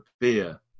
beer